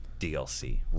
DLC